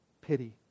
pity